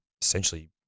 essentially